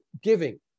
giving